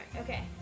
okay